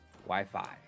Wi-Fi